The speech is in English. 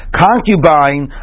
concubine